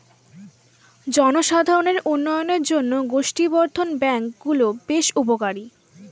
জনসাধারণের উন্নয়নের জন্য গোষ্ঠী বর্ধন ব্যাঙ্ক গুলো বেশ উপকারী